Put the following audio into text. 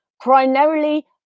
primarily